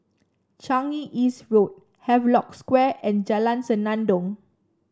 Changi East Road Havelock Square and Jalan Senandong